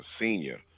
senior